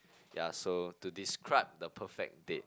ya so to describe the perfect date